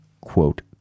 quote